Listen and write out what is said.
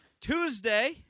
Tuesday